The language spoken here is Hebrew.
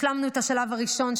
השלמנו את השלב הראשון,